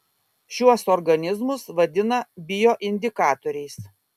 šiuos organizmus vadina bioindikatoriais